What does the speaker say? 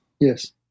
Yes